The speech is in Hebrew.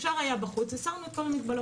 אפשר היה בחוץ, הסרנו את כל המגבלות.